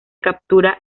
captura